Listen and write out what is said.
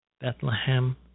Bethlehem